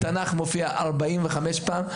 בתנ"ך מופיע 45 פעמים.